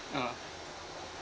ah